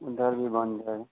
उधर भी बन जाएगा